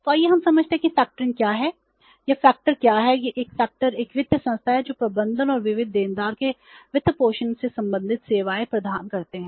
और फैक्टर एक वित्तीय संस्था है जो प्रबंधन और विविध देनदार के वित्तपोषण से संबंधित सेवाएं प्रदान करती है